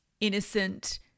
innocent